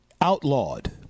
Outlawed